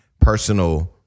personal